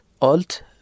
Alt